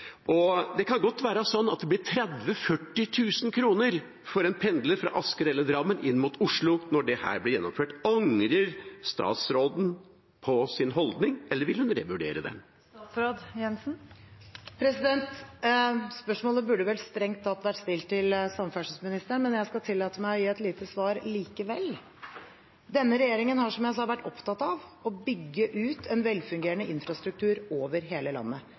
Det kan godt være sånn at det blir 30 000–40 000 kr for en pendler fra Asker eller Drammen inn mot Oslo når dette blir gjennomført. Angrer statsråden på sin holdning, eller vil hun revurdere det? Spørsmålet burde vel strengt talt vært stilt til samferdselsministeren, men jeg skal tillate meg å gi et lite svar likevel. Denne regjeringen har, som jeg sa, vært opptatt av å bygge ut en velfungerende infrastruktur over hele landet.